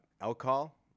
alcohol